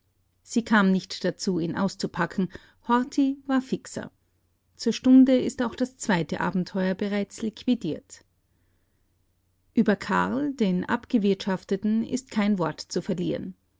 sie kam nicht dazu ihn auszupacken horthy war fixer zur stunde ist auch das zweite abenteuer bereits liquidiert über karl den abgewirtschafteten ist kein wort zu verlieren